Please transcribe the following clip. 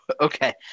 Okay